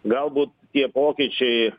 galbūt tie pokyčiai